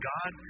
God